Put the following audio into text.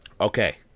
Okay